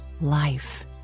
life